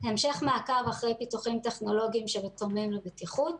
המשך מעקב אחרי פיתוחים טכנולוגיים שתורמים לבטיחות,